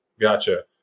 Gotcha